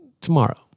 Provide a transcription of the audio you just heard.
tomorrow